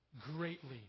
greatly